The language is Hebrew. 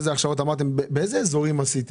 האם זרוע העבודה במשרד הכלכלה עושה